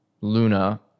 Luna